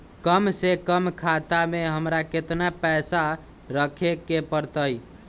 कम से कम खाता में हमरा कितना पैसा रखे के परतई?